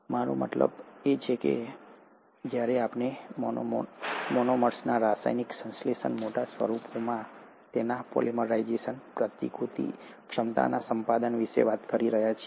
મારો મતલબ એ છે કે જ્યારે આપણે માત્ર મોનોમર્સના રાસાયણિક સંશ્લેષણ મોટા સ્વરૂપોમાં તેમના પોલિમરાઇઝેશન પ્રતિકૃતિ ક્ષમતાના સંપાદન વિશે વાત કરી રહ્યા છીએ